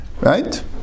right